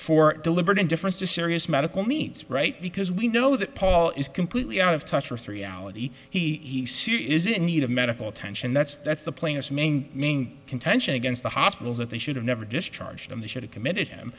for deliberate indifference to serious medical needs right because we know that paul is completely out of touch with reality he says he is in need of medical attention that's that's the plaintiff's main main contention against the hospitals that they should have never discharged them they should have committed him